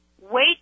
Wait